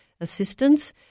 assistance